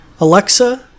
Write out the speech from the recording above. Alexa